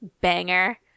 banger